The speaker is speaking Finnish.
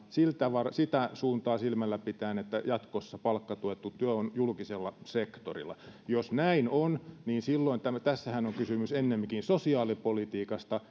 sitä suuntaa silmällä pitäen että jatkossa palkkatuettu työ on julkisella sektorilla jos näin on niin silloin tässähän on kysymys ennemminkin sosiaalipolitiikasta